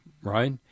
Right